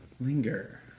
Linger